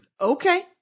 Okay